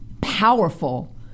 powerful